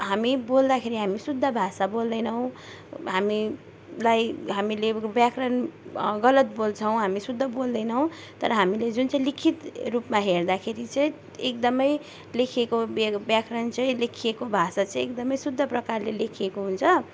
हामी बोल्दाखेरि हामी शुद्ध भाषा बोल्दैनौँ हामी राई हामीले व्याकरण गलत बोल्छौँ हामी शुद्ध बोल्दैनौँ तर हामीले जुन चाहिँ लिखित रूपमा हेर्दाखेरि चाहिँ एकदमै लेखिएको व्याकरण चाहिँ लेखिएको भाषा चाहिँ एकदमै शुद्ध प्रकारले लेखिएको हुन्छ